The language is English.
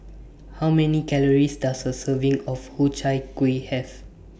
How Many Calories Does A Serving of Ku Chai Kuih Have